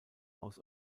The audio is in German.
aus